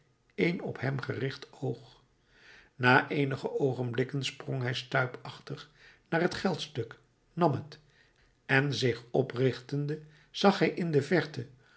een op hem gericht oog na eenige oogenblikken sprong hij stuipachtig naar het geldstuk nam het en zich oprichtende zag hij in de verte